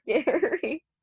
scary